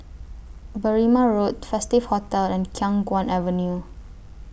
Berrima Road Festive Hotel and Khiang Guan Avenue